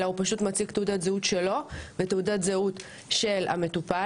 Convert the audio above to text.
אלא הוא פשוט מציג תעודת זהות שלו ותעודת זהות של המטופל,